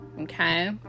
Okay